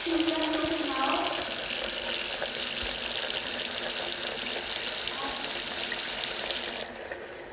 ठीक ऐ तुस सनाओ